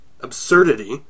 absurdity